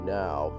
now